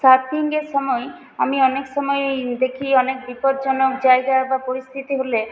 সার্ফিংয়ের সময় আমি অনেক সময় দেখি অনেক বিপজ্জনক জায়গা বা পরিস্থিতি হলে